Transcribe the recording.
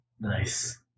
Nice